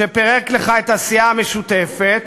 שפירק לך את הסיעה המשותפת,